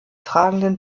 tragenden